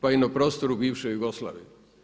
Pa i na prostoru bivše Jugoslavije.